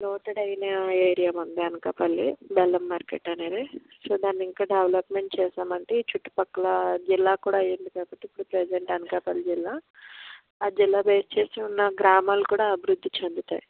noted అయిన area మంది అనకాపల్లి బెల్లం మార్కెట్ అనేది సో దాన్ని ఇంకా డెవలప్మెంట్ చేశామంటే చుట్టుపక్కల జిల్లా కూడా అయ్యింది కాబట్టి ఇప్పుడు ప్రజెంట్ అనకాపల్లి జిల్లా ఆ జిల్లా బేస్ చేసి ఉన్న గ్రామాల కూడా అభివృద్ధి చెందుతాయి